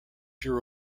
year